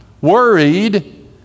worried